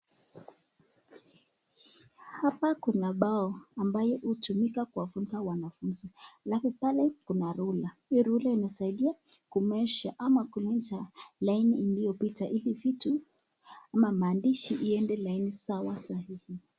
Hapa kuna bao ambayo hutumika kuwafunza wanafunzi, alafu pale kuna (cs)ruler(cs) hii (cs)ruler(cs) inasaidia (cs)kumeasure(cs) ama kuleta laini iliyopita ili vitu ama maandishi iende laini sawa sahihi.